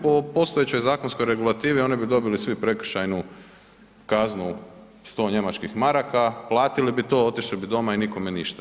Po postojećoj zakonskoj regulativi, oni bi dobili svi prekršajnu kazni 100 njemačkih maraka, platili bi to, otišli bi doma i nikome ništa.